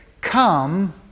come